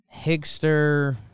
Higster